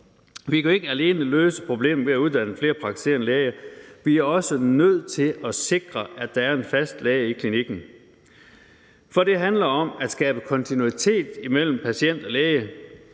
Vi kan ikke løse problemet alene ved at uddanne flere praktiserende læger; vi er også nødt til at sikre, at der er en fast læge i klinikken. For det handler om at skabe kontinuitet mellem patient og læge.